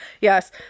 yes